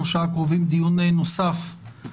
שלושה הקרובים יתקיים כאן דיון נוסף בסוגיה,